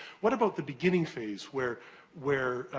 what about the beginning phase, where where